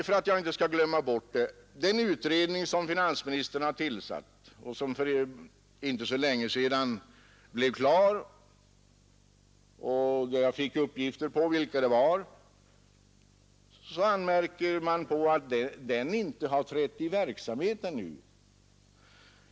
Jag vill inte heller underlåta att ta upp den utredning som finansministern har tillsatt och vilkens sammansättning jag för inte så länge sedan fick uppgifter om. Man har riktat anmärkningar mot att denna utredning ännu inte har trätt i verksamhet.